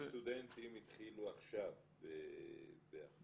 40 סטודנטים התחילו עכשיו באחווה.